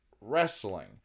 wrestling